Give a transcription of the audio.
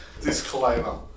disclaimer